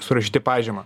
surašyti pažymą